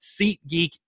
SeatGeek